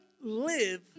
live